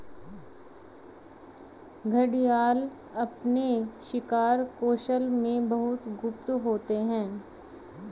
घड़ियाल अपने शिकार कौशल में बहुत गुप्त होते हैं